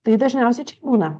tai dažniausiai čia būna